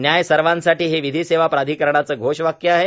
न्याय सर्वांसाठी हे विधी सेवा प्राधिकरणाचे घोषवाक्य आहे